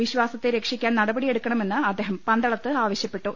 വിശ്വാസത്തെ രക്ഷിക്കാൻ നടപടിയെടുക്കണമെന്ന് അദ്ദേഹം പന്തളത്ത് ആവശ്യപ്പെട്ടു